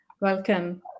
Welcome